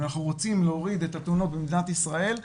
אם אנחנו רוצים להוריד את התאונות במדינת ישראל,